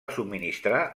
subministrar